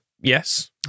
Yes